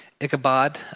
Ichabod